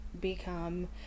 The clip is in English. become